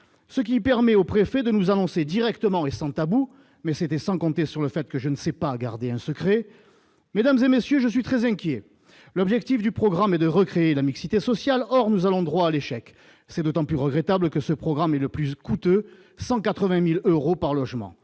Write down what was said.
ce qui permet au préfet de nous annoncer directement et sans tabou, mais c'était sans compter sur le fait que je ne sais pas garder un secret, mesdames et messieurs, je suis très inquiet, l'objectif du programme est de recréer la mixité sociale, or nous allons droit à l'échec, c'est d'autant plus regrettable que ce programme est le plus coûteux : 180000 euros par logement,